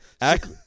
act